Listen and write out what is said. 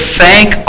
thank